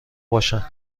باشن